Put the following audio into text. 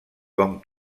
com